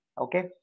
okay